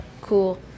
Cool